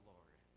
Lord